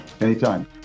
Anytime